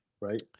Right